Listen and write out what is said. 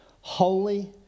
holy